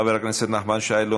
חבר הכנסת נחמן שי, לא